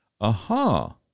Aha